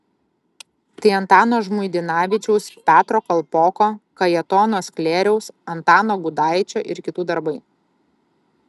tai antano žmuidzinavičiaus petro kalpoko kajetono sklėriaus antano gudaičio ir kitų darbai